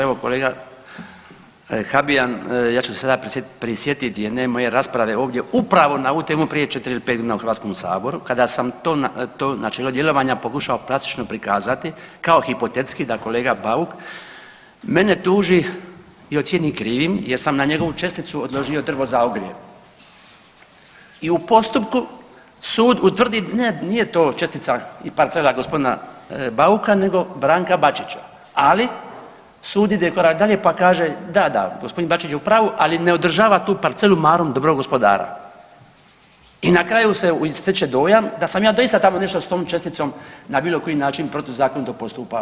Evo kolega Habijan ja ću se sada prisjetiti jedne moje rasprave upravo na ovu temu prije četiri ili pet godina u HS kada sam to načelo djelovanja pokušao plastično prikazati kao hipotetski da kolega Bauk mene tuži i ocijeni krivim jer sam na njegovu česticu odložio drvo za ogrijev i u postupku sud utvrdi, nije to čestica i parcela g. Bauka nego Branka Bačića, ali sud ide korak dalje pa kaže, da, da g. Bačić je u pravu, ali ne održava tu parcelu marom dobrog gospodara i na kraju se stječe dojam da sam ja doista tamo nešto s tom česticom na bilo koji način protuzakonito postupao.